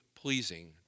pleasing